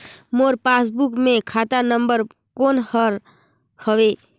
मोर passbook मे खाता number कोन हर हवे?